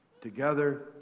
together